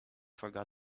forgot